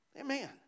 Amen